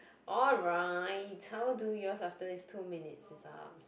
alright I will do your after this two minutes is up